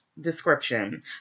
description